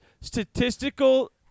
statistical—